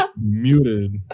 muted